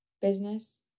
business